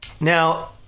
Now